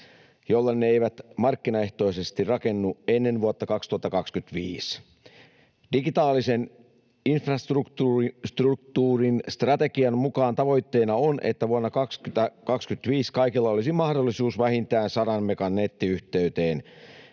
joille ne eivät markkinaehtoisesti rakennu ennen vuotta 2025. Digitaalisen infrastruktuurin strategian mukaan tavoitteena on, että vuonna 2025 kaikilla olisi mahdollisuus vähintään 100 megan nettiyh-teyteen,